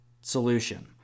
solution